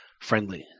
friendly